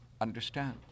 understand